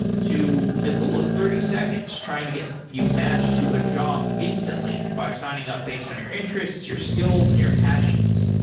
to as little as thirty seconds trying to get you matched to a job instantly, by signing up based on your interests, your skills and your passions.